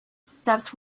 steps